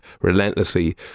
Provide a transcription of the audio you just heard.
relentlessly